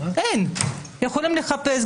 אין, יכולים לחפש.